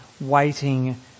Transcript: waiting